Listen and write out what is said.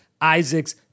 Isaac's